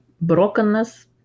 brokenness